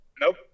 Nope